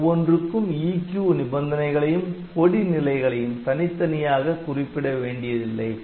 ஒவ்வொன்றுக்கும் EQ நிபந்தனைகளையும் கொடி நிலைகளையும் தனித்தனியாக குறிப்பிட வேண்டியதில்லை